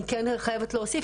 אני כן חייבת להוסיף,